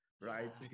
right